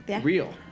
Real